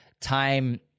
time